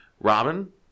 Robin